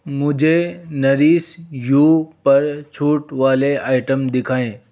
मुझे नरीश यू पर छूट वाले आइटम दिखाएँ